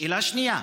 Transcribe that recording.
שאלה שנייה,